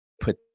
put